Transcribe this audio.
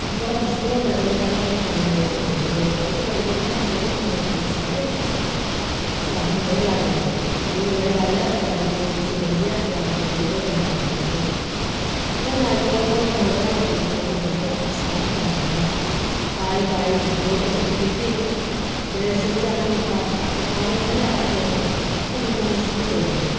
थोह्ड़ा मुश्कल होंदा चलो पैह्ले पैह्ले पराने लोक होंदे हे ते ओह् बाल्टी पाइयै उ'आं गै कड्ढदे होंदे हे पानी सारे उस्सी आखदे होंदे हे लज्ज पाई दी बाई हत्थ लज्ज पेई दी इस्सी पंच्ची हत्थ लज्ज पेई दी ओह्दे कन्नै पानी कड्ढदे होंदे हे हून अज्जकल ते हून मोटरां लग्गी दियां हून ते बड़ा आसान ऐ पानी कड्ढना पाई पाई मोटर फिट्ट कीती ते सुच्च आन कीता ते पानी अपने आप आई जंदा हून इन्ना मुशकल कोई निं ऐ